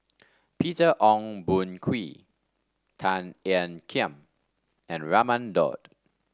Peter Ong Boon Kwee Tan Ean Kiam and Raman Daud